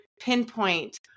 pinpoint